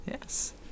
Yes